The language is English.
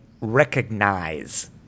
recognize